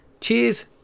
Cheers